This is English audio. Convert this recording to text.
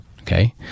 Okay